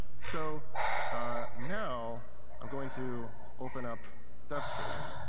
so now i'm going to open up devtools.